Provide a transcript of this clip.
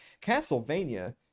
Castlevania